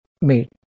made